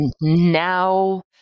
Now